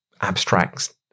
abstracts